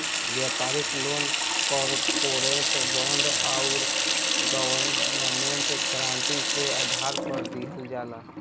व्यापारिक loan corporate bond आउर government guarantee के आधार पर दिहल जाला